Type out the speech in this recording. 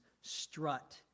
strut